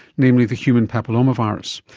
namely the human papilloma virus.